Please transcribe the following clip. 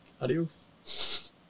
Adios